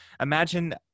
Imagine